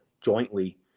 jointly